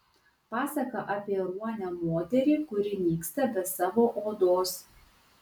pasaka apie ruonę moterį kuri nyksta be savo odos